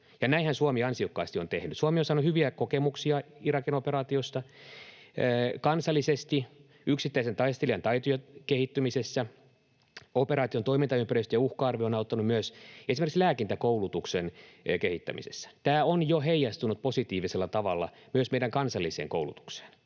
ansiokkaasti on tehnyt. Suomi on saanut hyviä kokemuksia Irakin operaatiosta: kansallisesti yksittäisen taistelijan taitojen kehittymisessä, operaation toimintaympäristö ja myös uhka-arvio ovat auttaneet esimerkiksi lääkintäkoulutuksen kehittämisessä. Tämä on jo heijastunut positiivisella tavalla myös meidän kansalliseen koulutukseen.